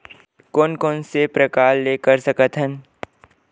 कोन कोन से प्रकार ले कर सकत हन?